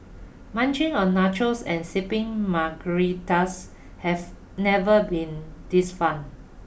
munching on nachos and sipping margaritas have never been this fun